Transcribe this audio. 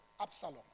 Absalom